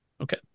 okay